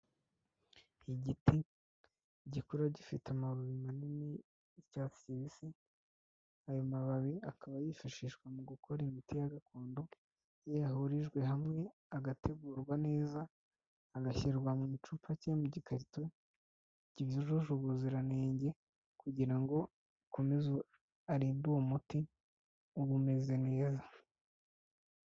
Igiti gikuru gifite amababi manini y'icyatsi kibisi ayo mababi akaba yifashishwa mu gukora imiti ya gakondo iyo yahurijwe hamwe agategurwa neza agashyirwa mu gicupa cyangwa mu gikarito cyujuje ubuziranenge kugira ngo akomeze arinde uwo muti ubu umeze neza.